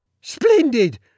Splendid